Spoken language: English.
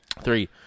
Three